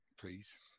please